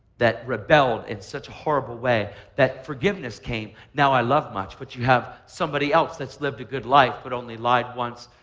that rebelled in such a horrible way that forgiveness came, now i love much. but you have somebody else that's lived a good life, but only lied once,